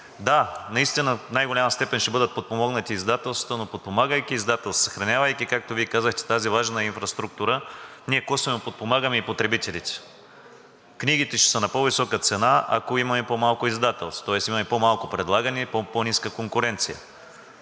Да, наистина, в най-голяма степен ще бъдат подпомогнати издателствата, но подпомагайки издателствата, съхранявайки, както Вие казахте тази важна инфраструктура, ние косвено подпомагаме и потребителите. Книгите ще са на по-висока цена, ако имаме по малко издателства, тоест имаме по-малко предлагане и по-ниска конкуренция.